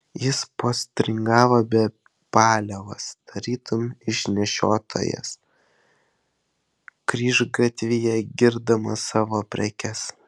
jis postringavo be paliovos tarytum išnešiotojas kryžgatvyje girdamas savo prekes